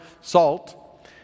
salt